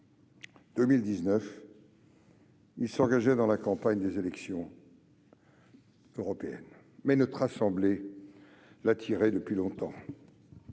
2019, il s'engagea dans la campagne des élections européennes. Mais notre assemblée l'attirait depuis longtemps.